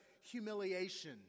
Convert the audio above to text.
humiliation